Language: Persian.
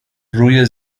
روی